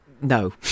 no